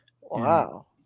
Wow